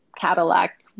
Cadillac